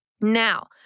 Now